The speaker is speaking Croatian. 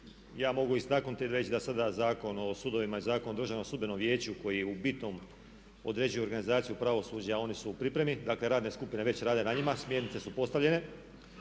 Ja mogu istaknuti i reći da sada Zakon o sudovima i Zakon o Državnom sudbenom vijeću koji u bitnom određuju organizaciju pravosuđa oni su u pripremi. Dakle, radne skupine već rade na njima, smjernice su postavljene.